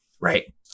Right